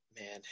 man